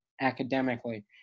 academically